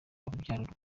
urubyaro